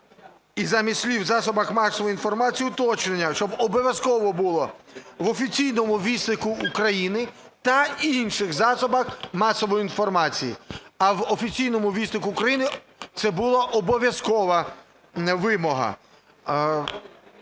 і замість слів "у засобах масової інформації" уточнення, щоб обов'язково було в "Офіційному віснику України" та інших засобах масової інформації", а в "Офіційному віснику України" – це була обов'язкова вимога.